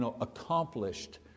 accomplished